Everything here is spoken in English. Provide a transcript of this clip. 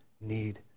need